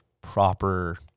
proper